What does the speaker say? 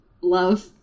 love